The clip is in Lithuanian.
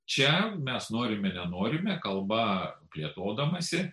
čia mes norime nenorime kalba plėtodamasi